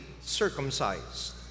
circumcised